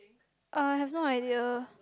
uh I have no idea